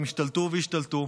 והם השתלטו והשתלטו